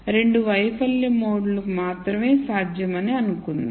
2 వైఫల్య మోడ్లు మాత్రమే సాధ్యమని అనుకుందాం